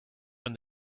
when